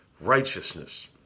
righteousness